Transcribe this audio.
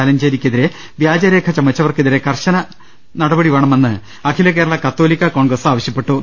ആലഞ്ചേരിക്കെതിരെ വ്യാജരേഖ ചമച്ചവർ ക്കെതിരെ കർക്കശ നടപടി വേണമെന്ന് അഖില കേരള കത്തോലിക്കാ കോൺഗ്രസ് ആവശൃപ്പെട്ടു